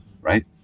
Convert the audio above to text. Right